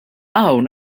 hawn